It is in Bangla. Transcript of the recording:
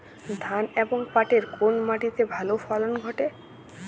ধান এবং পাটের কোন মাটি তে ভালো ফলন ঘটে?